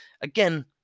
Again